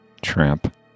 Tramp